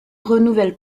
renouvelle